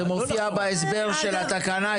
זה מופיע בהסבר של התקנה,